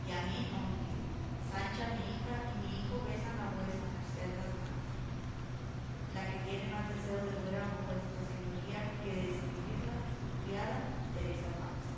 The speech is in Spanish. y a mí no olvide sancha mi hija y mi hijo besan a vuestra merced las manos la que tiene más deseo de ver a vuestra señoría que de escribirla su criada teresa panza